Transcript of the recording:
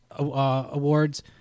Awards